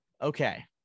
Okay